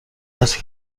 ترسی